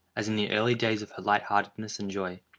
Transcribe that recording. as in the early days of her light-heartedness and joy!